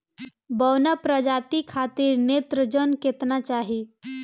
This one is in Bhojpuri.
बौना प्रजाति खातिर नेत्रजन केतना चाही?